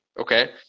Okay